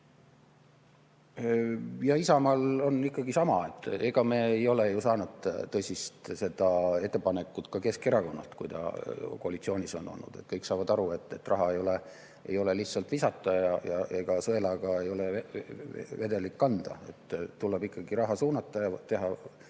Ja Isamaal on ikkagi sama. Ega me ei saanud ju tõsist ettepanekut ka Keskerakonnalt, kui ta koalitsioonis oli. Kõik saavad aru, et raha ei ole lihtsalt visata ja ega sõelaga ei saa vedelikku kanda. Tuleb ikkagi raha suunata ja teha